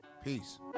Peace